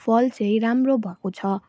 फल चाहिँ राम्रो भएको छ